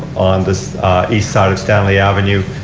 on the east side of stanley avenue.